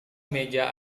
meja